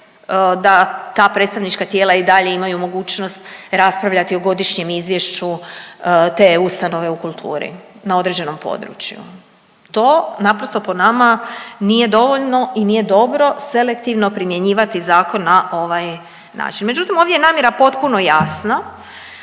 da ta predstavnička tijela i dalje imaju mogućnost raspravljati o godišnjem izvješću te ustanove u kulturi na određenom području. To naprosto po nama nije dovoljno i nije dobro selektivno primjenjivati zakon na ovaj način. Međutim, ovdje je namjera potpuno jasna,